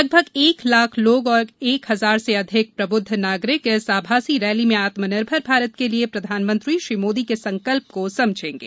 लगभग एक लाख लोग और एक हजार से अधिक प्रबुद्ध नागरिक इस आभासी रैली में आत्मनिर्भर भारत के लिए प्रधानमंत्री मोदी के संकल्प को समझेंगे